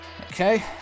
Okay